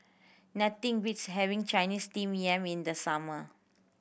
nothing beats having Chinese Steamed Yam in the summer